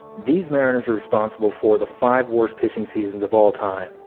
these mariners are responsible for the five worst pitching seasons of all time,